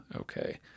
okay